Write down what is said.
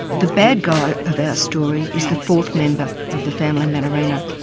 the bad guy of our story is the fourth member of the family manorina,